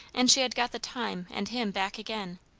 and she had got the time and him back again,